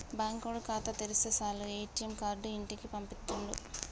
బాంకోడు ఖాతా తెరిస్తె సాలు ఏ.టి.ఎమ్ కార్డు ఇంటికి పంపిత్తుండు